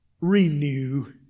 renew